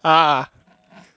ah